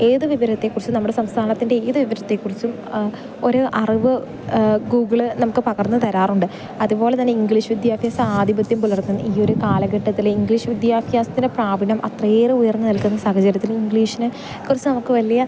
ഏത് വിവരത്തെ കുറിച്ച് നമ്മുടെ സംസ്ഥാനത്തിൻ്റെ ഏത് വിവരത്തെ കുറിച്ചും ഒരു അറിവ് ഗൂഗ്ള് നമുക്ക് പകർന്ന് തരാറുണ്ട് അത്പോലെ തന്നെ ഇംഗ്ലീഷ് വിദ്യാഭ്യാസാധിപത്യം പുലർത്തുന്ന ഈ ഒരു കാലഘട്ടത്തിലെ ഇംഗ്ലീഷ് വിദ്യാഭ്യാസത്തിന് പ്രാവിണ്യം അത്രയേറെ ഉയർന്ന് നിൽക്കുന്ന സാഹചര്യത്തിൽ ഇംഗ്ലീഷ്നെ കുറിച്ച് നമുക്ക് വലിയ